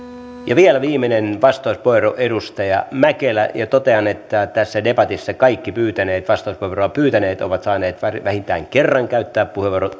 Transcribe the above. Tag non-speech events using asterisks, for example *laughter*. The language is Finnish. vielä viimeinen vastauspuheenvuoro edustaja mäkelä ja totean että tässä debatissa kaikki vastauspuheenvuoroa pyytäneet ovat saaneet vähintään kerran käyttää puheenvuoron *unintelligible*